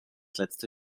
letzte